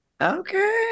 Okay